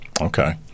Okay